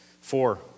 Four